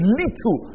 little